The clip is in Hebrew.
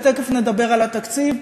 ותכף נדבר על התקציב,